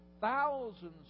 thousands